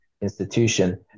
Institution